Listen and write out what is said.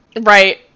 right